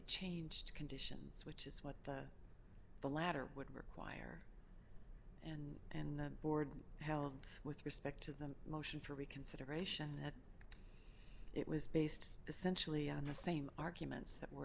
changed conditions which is what the latter would require and and the board held with respect to the motion for reconsideration that it was based essentially on the same arguments that were